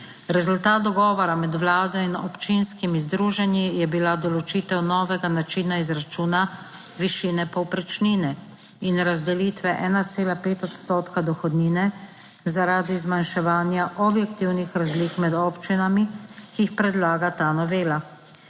Rezultat dogovora med Vlado in občinskimi združenji je bila določitev novega načina izračuna višine povprečnine in razdelitve 1,5 odstotka dohodnine, zaradi zmanjševanja objektivnih razlik med občinami, ki jih predlaga ta novela.